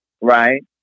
right